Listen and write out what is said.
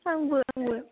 आंबो आंबो